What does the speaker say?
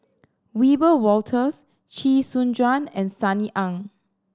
Wiebe Wolters Chee Soon Juan and Sunny Ang